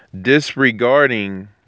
Disregarding